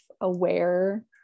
aware